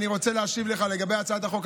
אני רוצה להשיב לך לגבי הצעת החוק.